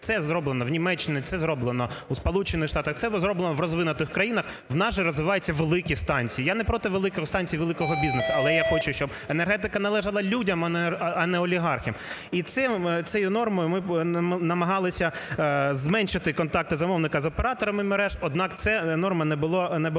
Це зроблено в Німеччині, це зроблено у Сполучених Штатах, це зроблено в розвинутих країнах. В нас же розвиваються великі станції. Я не проти великих станцій, великого бізнесу, але я хочу, щоб енергетика належала людям, а не олігархам. І цією нормою ми намагалися зменшити контакти замовника з операторами мереж, однак ця норма не була підтримана.